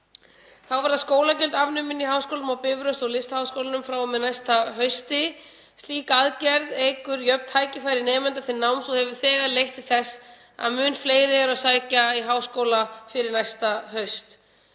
Þá verða skólagjöld afnumin í Háskólanum á Bifröst og Listaháskólanum frá og með næsta hausti. Slík aðgerð eykur jöfn tækifæri nemenda til náms og hefur þegar leitt til þess að mun fleiri eru að sækja í háskóla fyrir næsta haust.